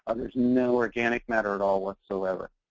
ah there's no organic matter at all, whatsoever.